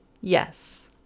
Yes